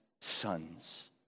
sons